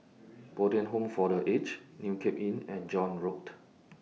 Bo Tien Home For The Aged New Cape Inn and John Road